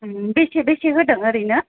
बेसे बेसे होदों ओरैनो